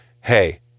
hey